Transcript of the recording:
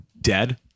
dead